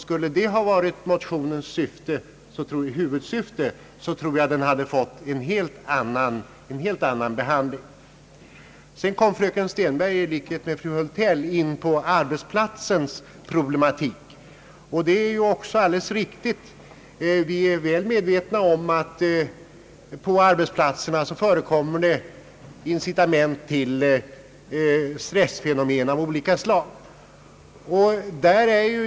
Skulle det ha varit motionernas huvudsyfte, tror jag att de hade fått en helt annan behandling. Sedan kom fröken Stenberg i likhet med fru Hultell in på arbetsplatsens problematik. Vi är väl medvetna om att det på arbetsplatserna förekommer incitament till stressfenomen av olika slag.